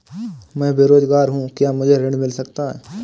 मैं बेरोजगार हूँ क्या मुझे ऋण मिल सकता है?